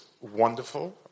wonderful